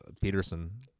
peterson